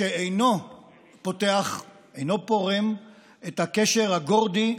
שאינו פורם את הקשר הגורדי,